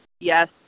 yes